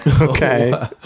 Okay